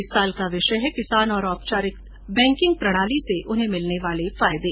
इस वर्ष का विषय है किसान और औपचारिक बैकिंग प्रणाली से उन्हें मिलने वाले फायदे